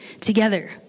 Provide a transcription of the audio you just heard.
together